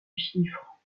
chiffre